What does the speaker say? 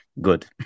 good